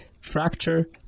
fracture